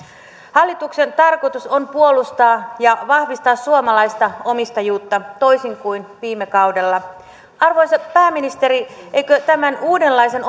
hallituksen tarkoitus on puolustaa ja vahvistaa suomalaista omistajuutta toisin kuin viime kaudella arvoisa pääministeri eikö tämän uudenlaisen